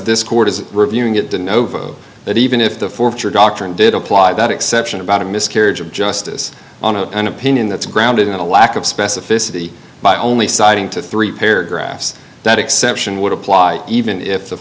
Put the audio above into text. this court is reviewing it didn't know that even if the forfeiture doctrine did apply that exception about a miscarriage of justice on a an opinion that's grounded in a lack of specificity by only citing to three paragraphs that exception would apply even if the